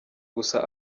gusa